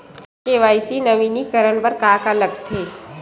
KYC नवीनीकरण बर का का लगथे?